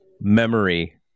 memory